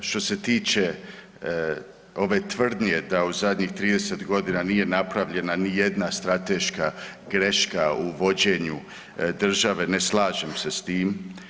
Što se tiče ove tvrdnje da u zadnjih 30.g. nije napravljena nijedna strateška greška u vođenju države, ne slažem se s tim.